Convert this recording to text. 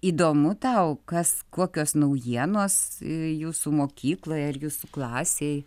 įdomu tau kas kokios naujienos jūsų mokykloje ar jūsų klasėj